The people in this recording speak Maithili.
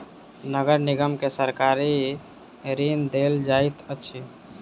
नगर निगम के सरकारी ऋण देल जाइत अछि